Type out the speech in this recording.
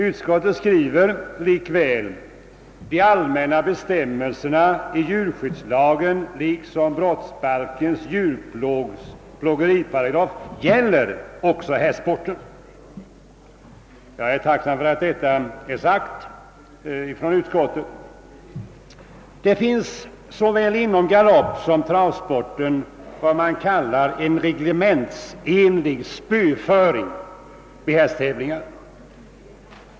Utskottet skriver likväl: »De allmänna bestämmelserna i djurskyddslagen liksom brottsbalkens djurplågeriparagraf gäller också hästsporten.» Jag är tacksam för att utskottet sagt detta. Inom såväl travsom galoppsporten finns en som man kallar reglementsenlig spöform vid hästtävlingar.